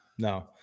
No